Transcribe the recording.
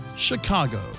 Chicago